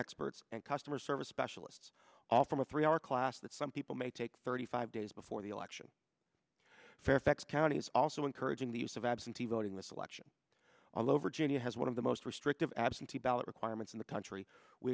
experts and customer service specialists off from a three hour class that some people may take thirty five days before the election fairfax county is also encouraging the use of absentee voting this election all over genia has one of the most restrictive absentee ballot requirements in the country we